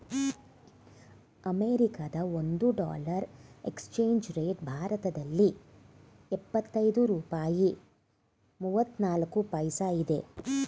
ಅಮೆರಿಕದ ಒಂದು dollar exchange rate ಭಾರತದಲ್ಲಿ ಎಪ್ಪತ್ತೈದು ರೂಪಾಯಿ ಮೂವ್ನಾಲ್ಕು ಪೈಸಾ ಇದೆ